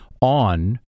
on